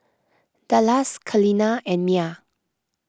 Dallas Kaleena and Mia